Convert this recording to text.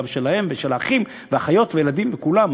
גם שלהם ושל האחים והאחיות והילדים וכולם,